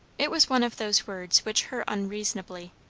it was one of those words which hurt unreasonably.